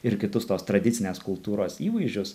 ir kitus tos tradicinės kultūros įvaizdžius